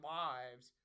lives